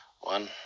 one